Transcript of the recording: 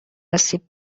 آسیب